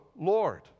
Lord